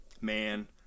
man